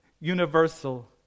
universal